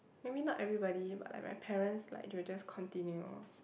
I mean not everybody but my parents like will just continue